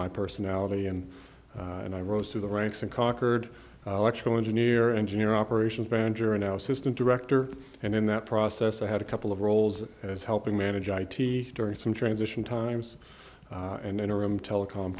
my personality and and i rose through the ranks and conquered electrical engineer engineer operations manager and now system director and in that process i had a couple of roles as helping manage i t during some transition times and interim telecom